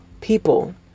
people